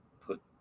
put